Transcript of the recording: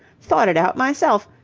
thought it out myself.